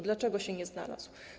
Dlaczego się nie znalazł?